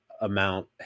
amount